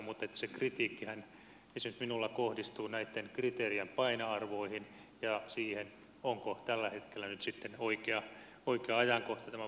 mutta se kritiikkihän esimerkiksi minulla kohdistuu näitten kriteerien painoarvoihin ja siihen onko tällä hetkellä nyt sitten oikea ajankohta tämän valtionosuusuudistuksen tekemiseen